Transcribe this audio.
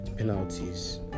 Penalties